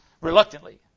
reluctantly